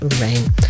rain